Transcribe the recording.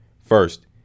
First